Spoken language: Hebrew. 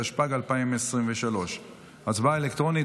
התשפ"ג 2023. ההצבעה אלקטרונית.